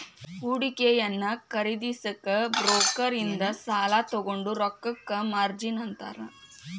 ಹೂಡಿಕೆಯನ್ನ ಖರೇದಿಸಕ ಬ್ರೋಕರ್ ಇಂದ ಸಾಲಾ ತೊಗೊಂಡ್ ರೊಕ್ಕಕ್ಕ ಮಾರ್ಜಿನ್ ಅಂತಾರ